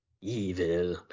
evil